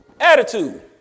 Attitude